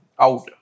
out